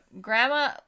grandma